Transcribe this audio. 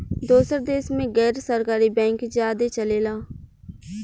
दोसर देश मे गैर सरकारी बैंक ज्यादे चलेला